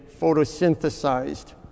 photosynthesized